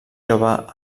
jove